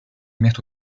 mirent